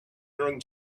during